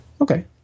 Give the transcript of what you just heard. Okay